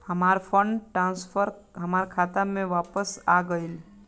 हमार fund transfer हमार खाता में वापस आ गइल